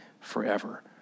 forever